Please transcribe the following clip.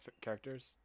characters